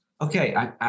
okay